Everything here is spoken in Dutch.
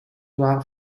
waren